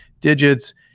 digits